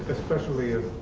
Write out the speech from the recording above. especially if